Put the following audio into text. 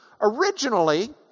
Originally